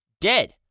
dead